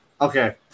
Okay